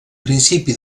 principi